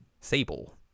Sable